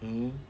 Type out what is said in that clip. mm